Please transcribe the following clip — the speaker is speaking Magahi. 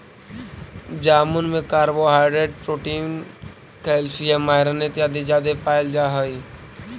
जामुन में कार्बोहाइड्रेट प्रोटीन कैल्शियम आयरन इत्यादि जादे पायल जा हई